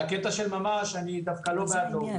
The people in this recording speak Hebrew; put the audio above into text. לגבי המילים "מרחק של ממש" אני לא בעד להוריד.